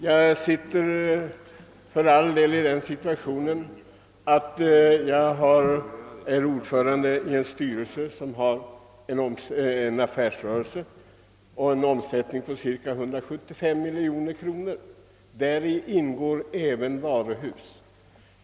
Jag befinner mig för all del i den situationen, att jag är ordförande i en styrelse för ett affärsföretag som har en omsättning på cirka 175 miljoner kronor. Däri ingår även varuhus.